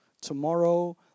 tomorrow